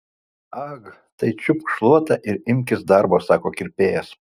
ag tai čiupk šluotą ir imkis darbo sako kirpėjas